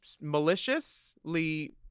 maliciously